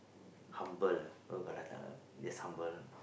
humble ah just humble